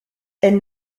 elle